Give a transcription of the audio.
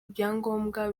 ibyangombwa